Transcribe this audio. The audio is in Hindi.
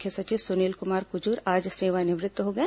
मुख्य सचिव सुनील कुमार कुजूर आज सेवानिवृत्त हो गए